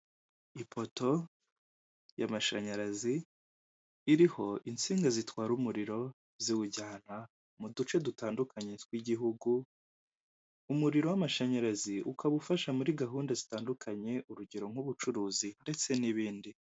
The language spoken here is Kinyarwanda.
Ipoto y'amashanyarazi iriho insinga zitwara umuriro ziwujyana muduce dutandukanye tw'igihigu, umuriro w'amashanyarazi ukaba ufasha muri gahunda zitandukanye urugero nk' ubucuruzi ndetse n' ibindi..